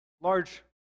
large